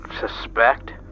suspect